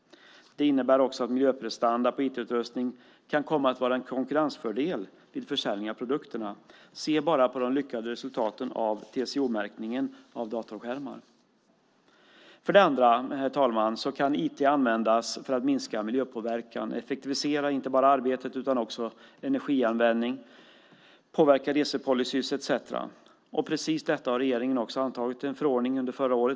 Det innebär också att miljöprestanda på IT-utrustning kan komma att vara en konkurrensfördel vid försäljning av produkterna. Se bara på de lyckade resultaten av TCO-märkningen av datorskärmar! När det gäller den andra aspekten, herr talman, kan IT användas för att minska miljöpåverkan. Det kan effektivisera inte bara arbetet utan också energianvändning, påverka resepolicyer etcetera. Precis detta har regeringen antagit en förordning om under förra året.